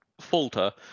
falter